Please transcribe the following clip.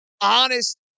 honest